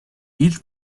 each